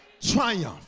triumph